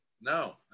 No